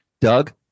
Doug